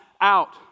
out